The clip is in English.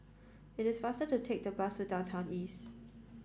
it is faster to take the bus to Downtown East